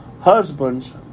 husbands